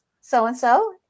so-and-so